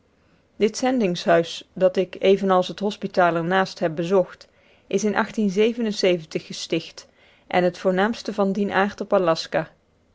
dit zendingshuis dat ik evenals het hospitaal ernaast heb bezocht is in gesticht en het voornaamste van dien aard op aljaska